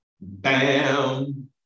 Bam